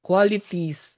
Qualities